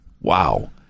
Wow